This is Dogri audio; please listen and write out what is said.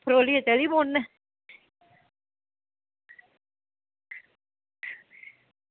परोइयै चली पौन्ने आं